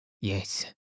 Yes